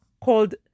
called